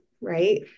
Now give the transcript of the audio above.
right